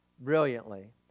brilliantly